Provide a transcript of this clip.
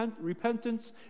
repentance